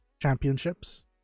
championships